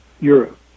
Europe